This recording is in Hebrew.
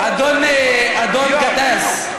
אדון גטאס,